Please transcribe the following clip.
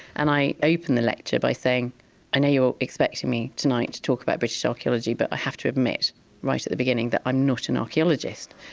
and i open the lecture by saying i know you're expecting me tonight to talk about british archaeology but i have to admit right at the beginning that i'm not an archaeologist,